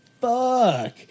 fuck